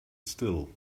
still